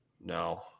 No